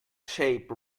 shape